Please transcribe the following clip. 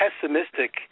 pessimistic